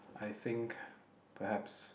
I think perhaps